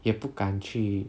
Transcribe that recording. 也不敢去